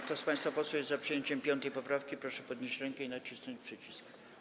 Kto z państwa posłów jest za przyjęciem 5. poprawki, proszę podnieść rękę i nacisnąć przycisk.